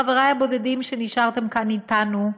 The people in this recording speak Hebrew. חבריי הבודדים שנשארתם כאן איתנו,